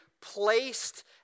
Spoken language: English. placed